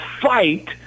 fight